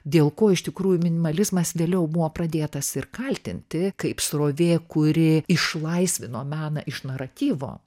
dėl ko iš tikrųjų minimalizmas vėliau buvo pradėtas ir kaltinti kaip srovė kuri išlaisvino meną iš naratyvo